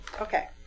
Okay